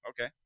Okay